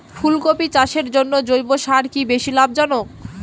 ফুলকপি চাষের জন্য জৈব সার কি বেশী লাভজনক?